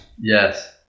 Yes